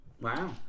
wow